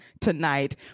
tonight